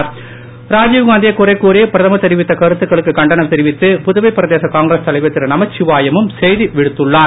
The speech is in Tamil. திரு ராஜீவ்காந்தியை குறை கூறி பிரதமர் தெரிவித்த கருத்துகளுக்கு கண்டனம் தெரிவித்து புதுவை பிரதேச காங்கிரஸ் தலைவர் திரு நமச்சிவாயழம் செய்தி விடுத்துள்ளார்